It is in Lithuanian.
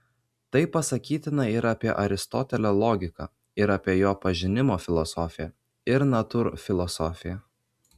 tai pasakytina ir apie aristotelio logiką ir apie jo pažinimo filosofiją ir natūrfilosofiją